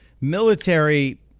military